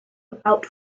about